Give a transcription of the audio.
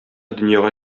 дөньяга